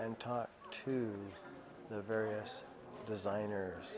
and talk to the various designers